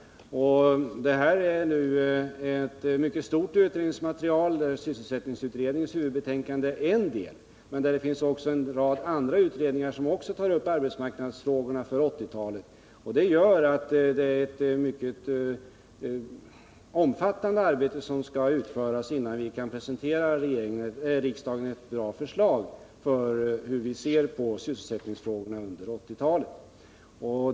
Det är ett mycket omfattande utredningsmaterial, där sysselsättningsutredningens betänkande är en del. Men det finns en rad andra utredningar som också tar upp arbetsmarknadsfrågorna inför 1980-talet. Det betyder att det är ett mycket stort arbete som skall utföras innan vi kan presentera riksdagen ett bra förslag till hur vi ser på sysselsättningsfrågorna inför 1980-talet.